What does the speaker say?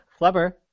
Flubber